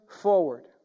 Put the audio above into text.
forward